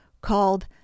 called